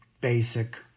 basic